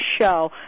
show